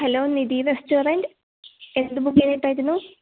hello Nidhi restaurant എന്ത് book ചെയ്തിട്ടായിരുന്നു